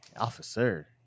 Officer